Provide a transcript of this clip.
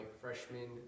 freshman